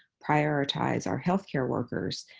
prioritize our health care workers.